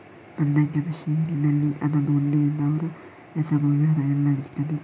ನೋಂದಾಯಿತ ಷೇರಿನಲ್ಲಿ ಅದನ್ನು ಹೊಂದಿದವರ ಹೆಸರು, ವಿವರ ಎಲ್ಲ ಇರ್ತದೆ